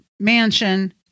mansion